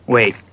Wait